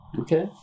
Okay